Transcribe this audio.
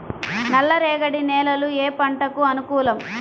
నల్ల రేగడి నేలలు ఏ పంటకు అనుకూలం?